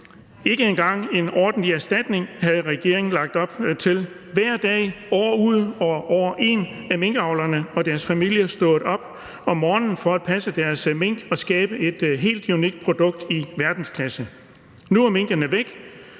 Ikke engang en ordentlig erstatning har regeringen lagt op til. Hver dag, år ud og år ind, er minkavlerne og deres familier stået op om morgenen for at passe deres mink og skabe et helt unikt produkt i verdensklasse. Nu er minkene væk,